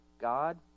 God